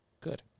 good